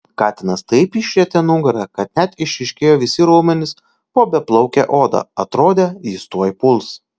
katinas taip išrietė nugarą kad net išryškėjo visi raumenys po beplauke oda atrodė jis tuoj puls